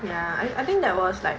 ya I I think that was like